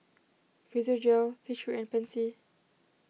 Physiogel T three and Pansy